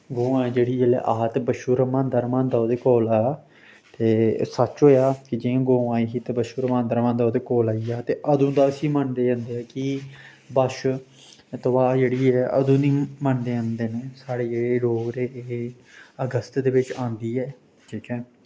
गौ ऐ जेह्ड़ी जिसलै आ ते बच्छू रवांदा रवांदा ओह्दे कोल आ ते सच्च होएआ कि जि'यां गौ आई दि ते बच्छू रवांदा रवांदा ओह्दे कोल आई गेआ ते अदूं दा इस्सी मनदे न कि बच्छदुआ जेह्ड़ी ऐ अदूं दी मनदे आंदे न साढ़े जेह्ड़े डोगरे हे अगस्त दे बिच्च आंदी ऐ ठीक ऐ